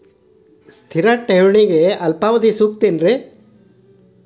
ಸ್ಥಿರ ಠೇವಣಿಗೆ ಅಲ್ಪಾವಧಿ ಸೂಕ್ತ ಏನ್ರಿ?